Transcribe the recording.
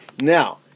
now